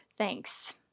Thanks